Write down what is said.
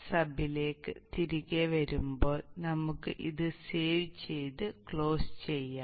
sub ലേക്ക് തിരികെ വരുമ്പോൾ നമുക്ക് ഇത് സേവ് ചെയ്ത് ക്ലോസ് ചെയ്യാം